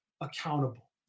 accountable